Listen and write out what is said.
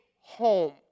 home